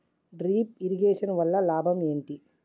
Drip irrigation వల్ల లాభం ఏంటి?